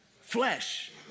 Flesh